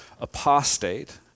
apostate